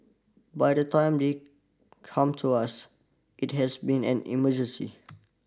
by the time they come to us it has been an emergency